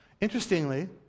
Interestingly